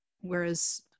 Whereas